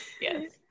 Yes